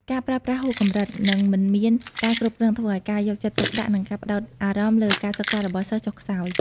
ការប្រើប្រាស់ហួសកម្រិត និងមិនមានការគ្រប់គ្រង ធ្វើឱ្យការយកចិត្តទុកដាក់ និងការផ្តោតអារម្មណ៍លើការសិក្សារបស់សិស្សចុះខ្សោយ។